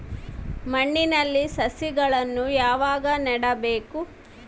ಮಣ್ಣಿನಲ್ಲಿ ಸಸಿಗಳನ್ನು ಯಾವಾಗ ನೆಡಬೇಕು?